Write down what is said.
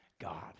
God